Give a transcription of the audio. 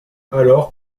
alors